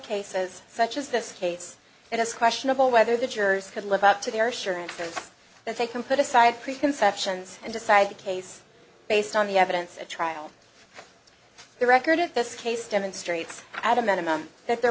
cases such as this case it is questionable whether the jurors could live up to their assurances that they can put aside preconceptions and decide the case based on the evidence at trial the record of this case demonstrates at a minimum that there